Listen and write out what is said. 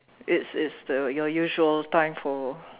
it's it's the your usual time for